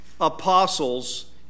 apostles